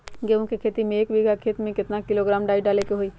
गेहूं के खेती में एक बीघा खेत में केतना किलोग्राम डाई डाले के होई?